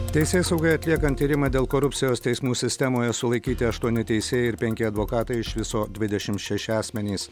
teisėsaugai atliekant tyrimą dėl korupcijos teismų sistemoje sulaikyti aštuoni teisėjai ir penki advokatai iš viso dvidešimt šeši asmenys